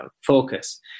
focus